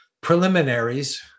preliminaries